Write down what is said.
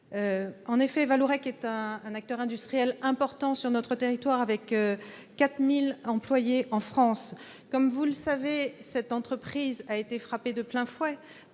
en effet un acteur industriel important sur notre territoire, employant 4 000 salariés en France. Comme vous le savez, cette entreprise a été frappée de plein fouet